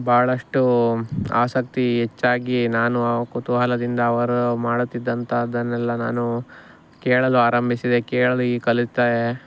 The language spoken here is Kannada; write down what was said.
ಬಹಳಷ್ಟು ಆಸಕ್ತಿ ಹೆಚ್ಚಾಗಿ ನಾನು ಕೂತೂಹಲದಿಂದ ಅವರು ಮಾಡುತ್ತಿದಂಥದನೆಲ್ಲ ನಾನು ಕೇಳಲು ಆರಂಭಿಸಿದೆ ಕೇಳಲು ಈ ಕಲಿತೆ